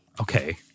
Okay